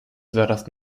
zaraz